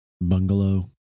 bungalow